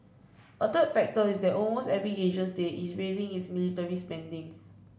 a third factor is that almost every Asian state is raising its military spending